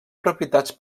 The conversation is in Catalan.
propietats